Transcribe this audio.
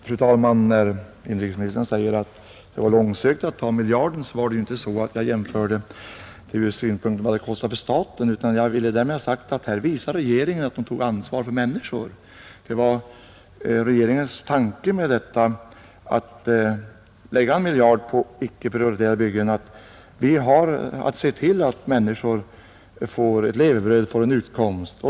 Fru talman! Herr inrikesministern säger att det var långsökt att jämföra med denna miljard. Jag gjorde emellertid inte jämförelsen ur synpunkten vad det kostade staten, utan jag ville med detta exempel ha sagt att regeringen här visat att den tar ansvar för människor. Det var regeringens tanke bakom åtgärden att lägga en miljard på icke prioriterade byggen, att vi har att se till att människor får levebröd och en utkomst.